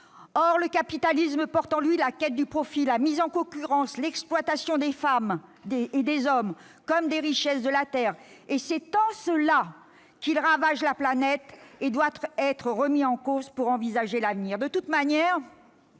Or le capitalisme porte en lui la quête du profit, la mise en concurrence, l'exploitation des femmes et des hommes comme des richesses de la terre : c'est en cela qu'il ravage la planète et doit être remis en question pour envisager l'avenir.